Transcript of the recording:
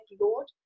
Lord